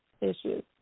issues